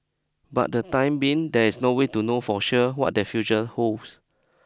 but the time being there is no way to know for sure what their future holds